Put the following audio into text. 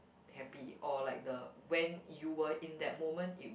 happy or like the when you were in that moment it